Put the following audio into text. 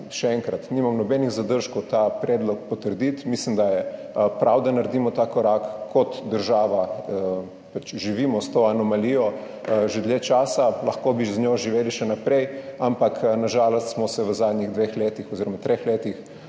še enkrat, nimam nobenih zadržkov za potrditev tega predloga. Mislim, da je prav, da naredimo ta korak. Kot država živimo s to anomalijo že dlje časa, lahko bi z njo živeli še naprej, ampak na žalost smo se v zadnjih dveh letih oziroma treh letih